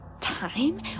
time